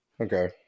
okay